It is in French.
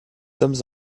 sommes